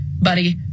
buddy